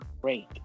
great